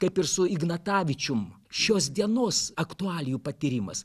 kaip ir su ignatavičium šios dienos aktualijų patyrimas